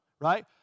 right